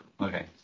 okay